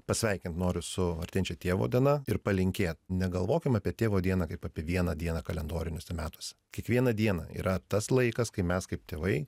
pasveikint noriu su artėjančia tėvo diena ir palinkėt negalvokim apie tėvo dieną kaip apie vieną dieną kalendoriniuose metuose kiekvieną dieną yra tas laikas kai mes kaip tėvai